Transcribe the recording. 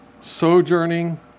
Sojourning